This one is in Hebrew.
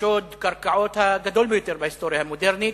בשוד הקרקעות הגדול ביותר בהיסטוריה המודרנית,